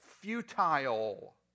Futile